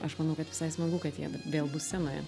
aš manau kad visai smagu kad jie vėl bus scenoje